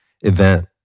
event